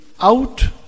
out